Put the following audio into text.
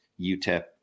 UTEP